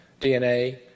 DNA